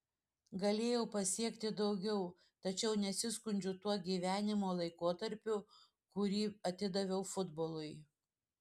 galėjau pasiekti daugiau tačiau nesiskundžiu tuo gyvenimo laikotarpiu kurį atidaviau futbolui